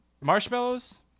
marshmallows